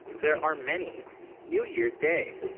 there are many new, year's day,